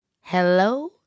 Hello